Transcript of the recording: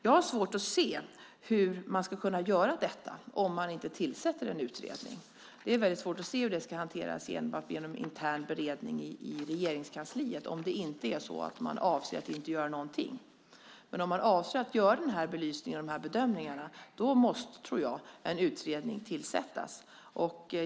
Jag har svårt att se hur man ska kunna göra detta om man inte tillsätter en utredning. Det är väldigt svårt att se hur det ska hanteras genom en intern beredning i Regeringskansliet, om det inte är så att man avser att inte göra någonting. Men om man avser att göra den här belysningen och de här bedömningarna tror jag att en utredning måste tillsättas.